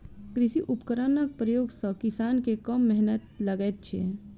कृषि उपकरणक प्रयोग सॅ किसान के कम मेहनैत लगैत छै